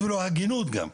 הגינות גם.